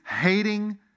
hating